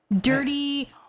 dirty